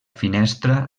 finestra